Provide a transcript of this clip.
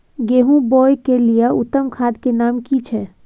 गेहूं बोअ के लिये उत्तम खाद के नाम की छै?